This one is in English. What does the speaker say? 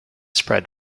spread